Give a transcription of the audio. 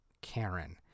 Karen